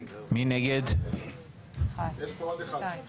זה ניסוח קצת יותר עדין למה שהיה ברצף